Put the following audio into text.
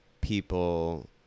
people